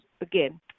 again